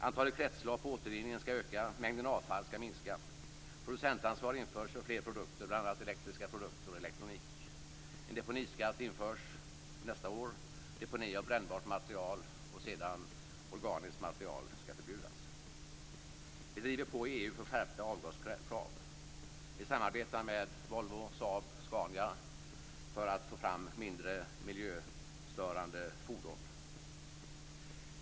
Antalet kretslopp och återvinningen skall öka, mängden avfall skall minska. Producentansvar införs för fler produkter, bl.a. för elektriska varor och elektronik. En deponiskatt införs nästa år. Deponi av brännbart material och senare organiskt material skall förbjudas. Vi driver på i EU för skärpta avgaskrav. Vi samarbetar med Volvo, Saab och Scania för att få fram mindre miljöstörande fordon.